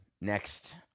next